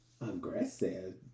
aggressive